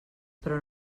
però